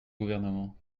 gouvernement